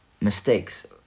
mistakes